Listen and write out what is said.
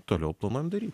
toliau planuojam daryt